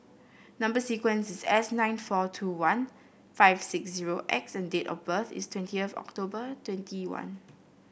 number sequence is S nine four two one five six zero X and date of birth is twenty October twenty one